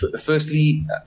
Firstly